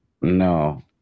no